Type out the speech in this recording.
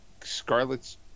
Scarlet's